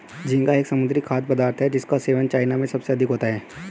झींगा एक समुद्री खाद्य पदार्थ है जिसका सेवन चाइना में सबसे अधिक होता है